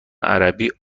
عربی